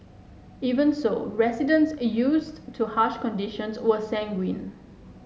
even so residents used to harsh conditions were sanguine